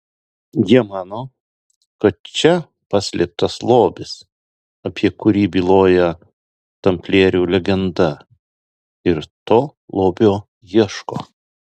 jie mano kad čia paslėptas lobis apie kurį byloja tamplierių legenda ir to lobio ieško